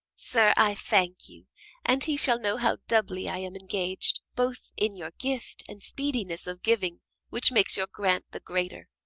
sir, i thank you and he shall know how doubly i am engag'd both in your gift, and speediness of giving which makes your grant the greater.